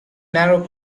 narrow